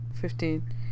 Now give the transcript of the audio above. Fifteen